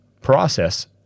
process